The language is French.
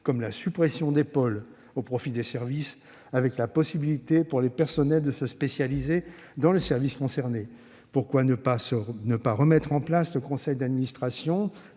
comme la suppression des pôles au profit des services, avec la possibilité, pour les personnels, de se spécialiser dans le service concerné ? Pourquoi ne pas remettre en place le conseil d'administration,